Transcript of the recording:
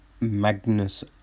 Magnus